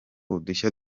udushya